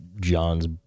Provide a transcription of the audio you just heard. John's